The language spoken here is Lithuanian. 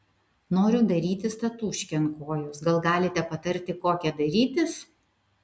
noriu darytis tatūškę ant kojos gal galite patarti kokią darytis